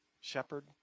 shepherd